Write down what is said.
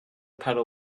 pedal